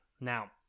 Now